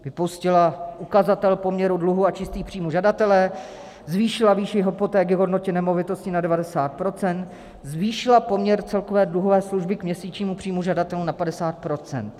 Vypustila ukazatel poměru dluhu a čistých příjmů žadatele, zvýšila výši hypoték k hodnotě nemovitosti na 90 %, zvýšila poměr celkové dluhové služby k měsíčnímu příjmu žadatele na 50 %.